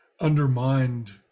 undermined